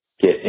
get